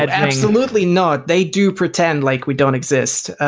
absolutely not. they do pretend like we don't exist.